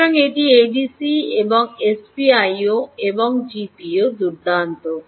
সুতরাং এটি এডিসি এই এসপিআইও এটি জিপিআইও দুর্দান্ত